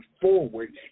forward